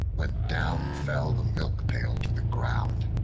when down fell the milk pail to the ground,